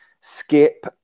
Skip